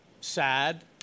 sad